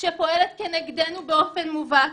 שפועלת כנגדנו באופן מובהק?